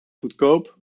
goedkoop